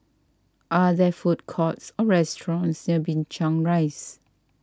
are there food courts or restaurants near Binchang Rise